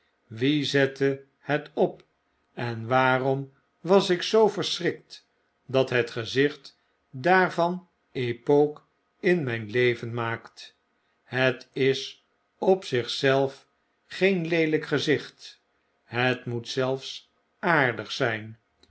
wie zette het op en waarom was ik zoo verschrikt dat het gezicht daarvan epoque in myn leven maakt het is op zich zelf geen leelgk gezicht het moetzelfs aardig zyn